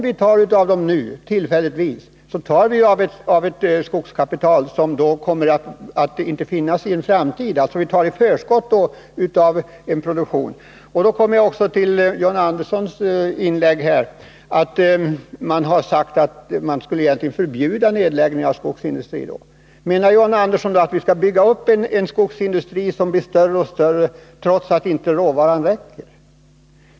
Vi får inte tillfälligtvis ta för mycket av vårt skogskapital, eftersom det då inte kommer att finnas kvar i framtiden. Vi tar då ut i förskott för vår produktion. John Andersson sade i sitt inlägg att man egentligen skulle förbjuda nedläggning av skogsindustrier. Menar John Andersson att man skall bygga upp en skogsindustri, så att den blir större och större trots att inte råvaran räcker?